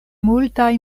multaj